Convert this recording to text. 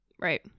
Right